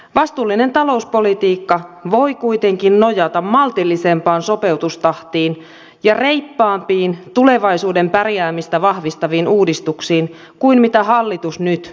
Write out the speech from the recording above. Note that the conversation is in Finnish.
vastuullinen talouspolitiikka voi kuitenkin nojata maltillisempaan sopeutustahtiin ja reippaampiin tulevaisuuden pärjäämistä vahvistaviin uudistuksiin kuin mitä hallitus nyt esittää